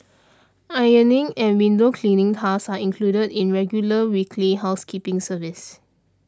ironing and window cleaning tasks are included in regular weekly housekeeping service